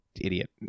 idiot